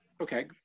okay